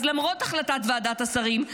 אז למרות החלטת ועדת השרים,